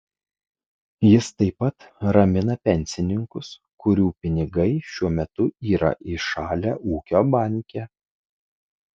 jis taip pat ramina pensininkus kurių pinigai šiuo metu yra įšalę ūkio banke